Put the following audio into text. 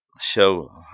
show